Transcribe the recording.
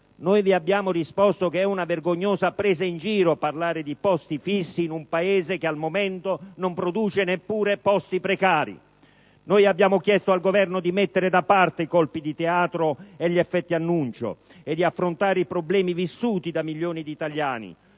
Noi vi abbiamo risposto che è una vergognosa presa in giro parlare di posti fissi in un Paese che al momento non produce neppure posti precari. Noi abbiamo chiesto al Governo di mettere da parte i colpi di teatro e gli effetti annuncio e di affrontare i problemi vissuti da milioni di italiani,